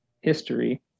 history